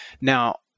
Now